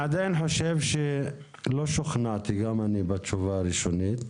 לא שוכנעתי גם אני בתשובה הראשונית.